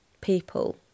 people